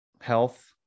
health